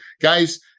guys